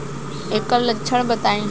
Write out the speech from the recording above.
ऐकर लक्षण बताई?